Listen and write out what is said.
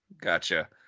gotcha